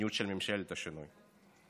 המדיניות של ממשלת השינוי.